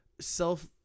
self